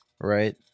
Right